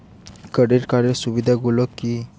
Credit কার্ডের সুবিধা গুলো কি?